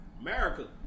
America